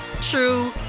true